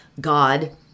God